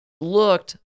looked